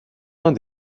uns